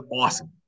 awesome